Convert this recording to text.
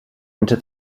into